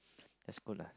that's good lah